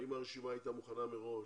האם הרשימה הייתה מוכנה מראש?